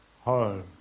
home